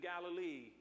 Galilee